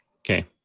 Okay